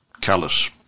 callous